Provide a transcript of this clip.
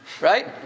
right